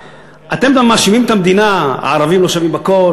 אתם גם מאשימים את המדינה: הערבים לא שווים בכול,